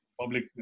public